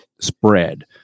spread